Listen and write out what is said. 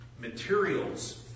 materials